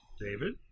David